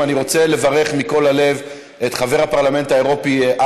חוק סדר הדין הפלילי (תיקון מס' 82) (החלפת